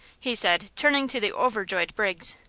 he said, turning to the overjoyed briggs.